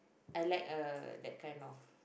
I like uh that kind of